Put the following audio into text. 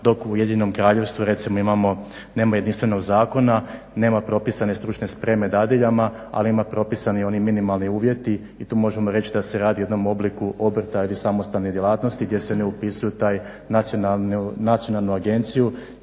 dok u Ujedinjenom Kraljevstvu recimo imamo, nema jedinstvenog zakona, nema propisane stručne spreme dadiljama, ali ima propisani oni minimalni uvjeti i to možemo reći da se radi o jednom obliku obrta ili samostalne djelatnosti gdje se ne upisuju taj nacionalnu agenciju